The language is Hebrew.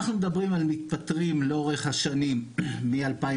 אנחנו מדברים על מתפטרים לאורך השנים מ-2014,